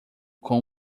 com